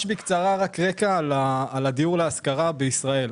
אני אתן בקצרה רקע על הדיור להשכרה בישראל.